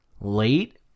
late